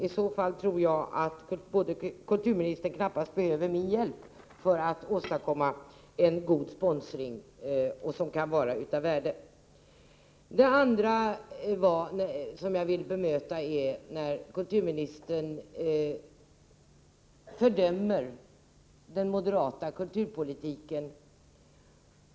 I så fall tror jag att kulturministern knappast behöver min hjälp för att åstadkomma en god sponsring, som kan vara av värde. Det andra som jag vill bemöta är kulturministerns fördömande av den moderata kulturpolitiken.